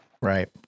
Right